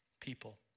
people